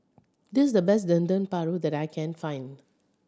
this the best Dendeng Paru that I can find